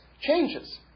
changes